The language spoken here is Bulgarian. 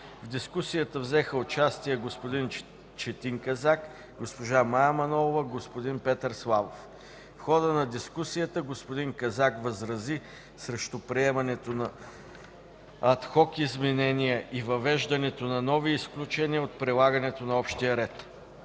В дискусията взеха участие господин Четин Казак, госпожа Мая Манолова, господин Петър Славов. В хода на дискусията господин Казак възрази срещу приемането на ad hoc изменения и въвеждането на нови изключения от прилагането на общия ред.